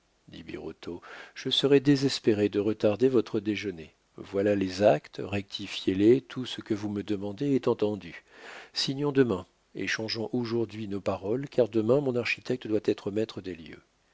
birotteau je serais désespéré de retarder votre déjeuner voilà les actes rectifiez les tout ce que vous me demandez est entendu signons demain échangeons aujourd'hui nos paroles car demain mon architecte doit être maître des lieux